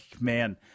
man